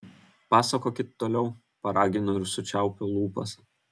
pasakokit toliau paraginu ir sučiaupiu lūpas